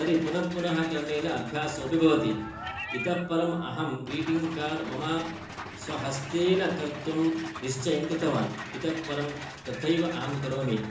तर्हि पुनः पुनः करणेन अभ्यासोपि भवति इतः परम् अहं ग्रीटिङ्ग् कार्ड् मम स्वहस्तेन कर्तुं निश्चयङ्कृतवान् इतः परं तथैव अहं करोमि